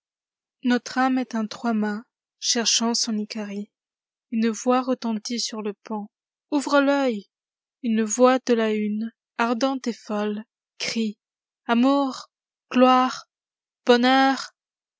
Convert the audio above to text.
notre âme est un trois-mâts cherchant son icarie une voix retentit sur le pont ouvre l'œil î une voix de la hune ardente et folle crie amour gloire